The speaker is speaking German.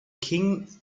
king